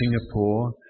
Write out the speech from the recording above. Singapore